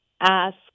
ask